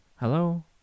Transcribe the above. hello